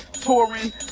touring